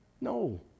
No